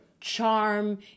charm